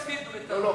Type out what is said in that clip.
לא,